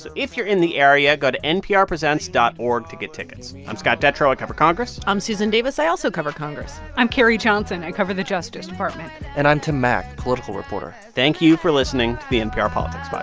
if you're in the area, go to nprpresents dot org to get tickets i'm scott detrow. i cover congress i'm susan davis. i also cover congress i'm carrie johnson. i cover the justice department and i'm tim mak, political reporter thank you for listening to the npr politics but